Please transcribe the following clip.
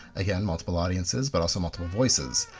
again, multiple audiences, but also multiple voices.